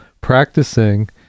practicing